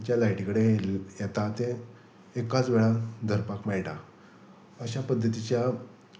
ज्या लायटी कडेन येता ते एकाच वेळार धरपाक मेळटा अश्या पद्दतीच्या